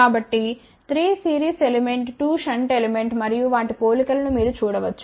కాబట్టి 3 series element 2 shunt element మరియు వాటి పోలికను మీరు చూడవచ్చు